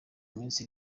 minsi